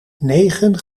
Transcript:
negen